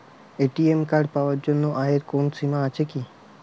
ATM card পাওয়ার জন্য আয়ের কোনো সীমা আছে কি?